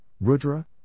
Rudra